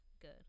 good